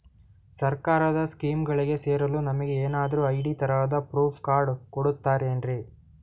ಸರ್ಕಾರದ ಸ್ಕೀಮ್ಗಳಿಗೆ ಸೇರಲು ನಮಗೆ ಏನಾದ್ರು ಐ.ಡಿ ತರಹದ ಪ್ರೂಫ್ ಕಾರ್ಡ್ ಕೊಡುತ್ತಾರೆನ್ರಿ?